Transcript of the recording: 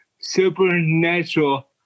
supernatural